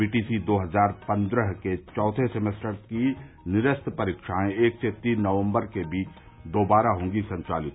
BTC दो हज़ार पन्द्रह के चौथे सेमेस्टर की निरस्त परीक्षाएं एक से तीन नवम्बर के बीच दोबारा होगी संचालित